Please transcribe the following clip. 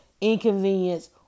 inconvenience